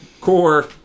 Core